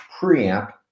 preamp